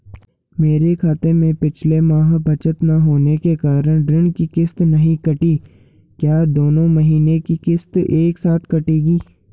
मेरे खाते में पिछले माह बचत न होने के कारण ऋण की किश्त नहीं कटी है क्या दोनों महीने की किश्त एक साथ कटेगी?